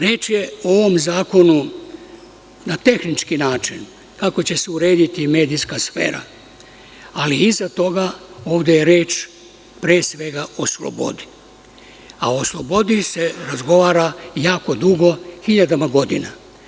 Reč je o ovom zakonu na tehnički način kako će se urediti medijska sfera, ali iza toga ovde je reč pre svega o slobodi, a o slobodi se razgovara jako dugo, hiljadama godina.